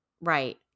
Right